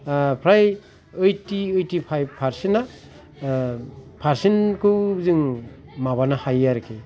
फ्राय ओइथि ओइथिफाइब फारसेना फारसेनखाै जों माबानो हायो आरखि